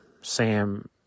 sam